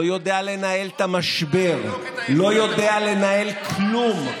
לא יודע לנהל את המשבר, לא יודע לנהל כלום.